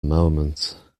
moment